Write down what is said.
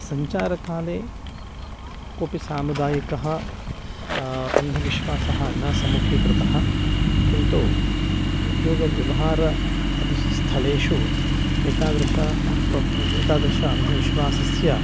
सञ्चारकाले कोऽपि सामुदायिकः अन्धविश्वासः न सम्मुखीकृतः किन्तु उद्योगव्यवहारादिषु स्थलेषु एतादृशस्य एतादृशस्य अन्धविश्वासस्य